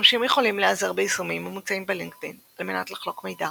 משתמשים יכולים להיעזר ביישומים המוצעים בלינקדאין על מנת לחלוק מידע